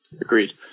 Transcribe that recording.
Agreed